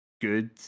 good